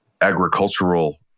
agricultural